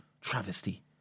travesty